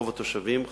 רוב התושבים חרדים.